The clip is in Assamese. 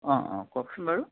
অঁ অঁ কওকচোন বাৰু